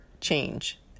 change